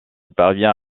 parvient